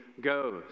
goes